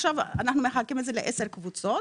עכשיו אנחנו מחלקים את זה לעשר קבוצות.